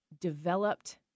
developed